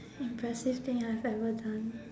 impressive thing I have ever done